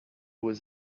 was